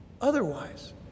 otherwise